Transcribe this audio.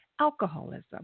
alcoholism